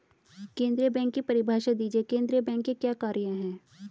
केंद्रीय बैंक की परिभाषा दीजिए केंद्रीय बैंक के क्या कार्य हैं?